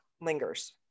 lingers